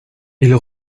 ils